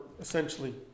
essentially